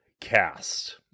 cast